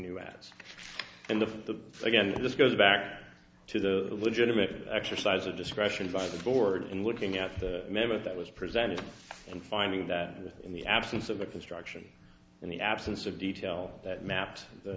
new apps and the again this goes back to the legitimate exercise of discretion by the board and looking at the memo that was presented and finding that in the absence of a construction in the absence of detail that maps